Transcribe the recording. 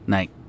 Night